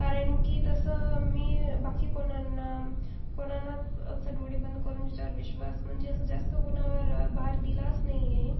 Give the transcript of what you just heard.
कारण की तसं मी बाकी कोणांना कोणांनाच असं डोळे बंद करून ज्याच्यावर विश्वास म्हणजे असं जास्त कोणावर भार दिलाच नाही आहे